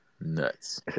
Nuts